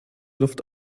luft